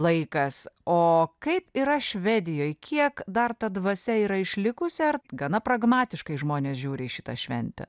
laikas o kaip yra švedijoj kiek dar ta dvasia yra išlikusi ar gana pragmatiškai žmonės žiūri į šitą šventę